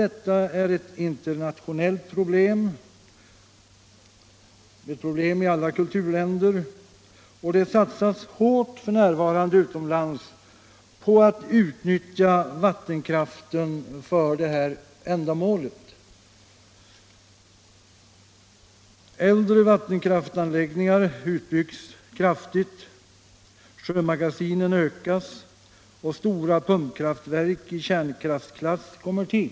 Detta är ett problem i alla kulturländer och det satsas f.n. hårt utomlands på att utnyttja vattenkraften för ändamålet. Äldre vattenkraftsanläggningar uttbyggs kraftigt, sjömagasinen ökas och stora pumpkraftverk i kärnkraftklass kommer till.